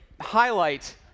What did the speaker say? highlight